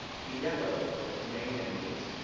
to yellow with the manganese.